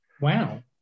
Wow